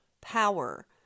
power